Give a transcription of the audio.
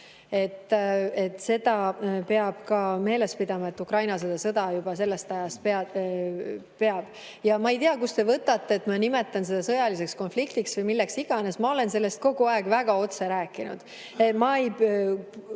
Seda peab ka meeles pidama, et Ukraina peab seda sõda juba sellest ajast peale. Ja ma ei tea, kust te võtate, et ma nimetan seda sõjaliseks konfliktiks või milleks iganes. Ma olen sellest kogu aeg väga otse rääkinud. Ma ei